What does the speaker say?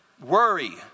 Worry